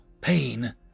pain